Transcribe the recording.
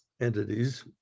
entities